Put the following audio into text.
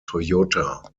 toyota